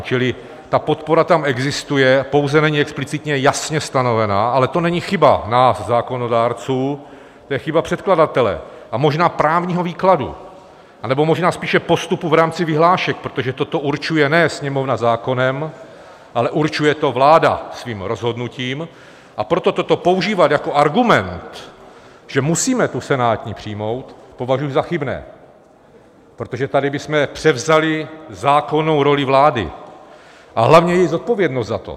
Čili ta podpora tam existuje, pouze není explicitně jasně stanovena, ale to není chyba nás zákonodárců, to je chyba předkladatele a možná právního výkladu, anebo možná spíše postupu v rámci vyhlášek, protože toto určuje ne Sněmovna zákonem, ale určuje to vláda svým rozhodnutím, a proto toto používat jako argument, že musíme tu senátní přijmout, považuji za chybné, protože tady bychom převzali zákonnou roli vlády, a hlavně i zodpovědnost za to.